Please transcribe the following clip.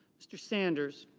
mr. sanders.